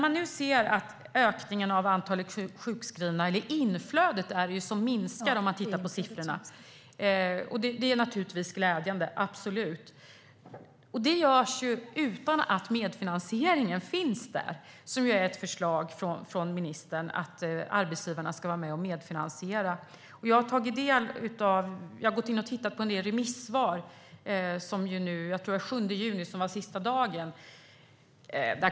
Inflödet av antalet anmälda sjukskrivna minskar, sett till siffrorna. Det är naturligtvis glädjande - absolut. Detta sker ju utan medfinansiering. Ministern har ju föreslagit att arbetsgivarna ska vara med och medfinansiera kostnaderna för sjukförsäkringarna. Remisstiden gick ut den 7 juni.